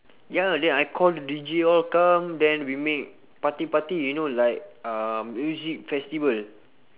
ya then I call the D_J all come then we make party party you know like uh music festival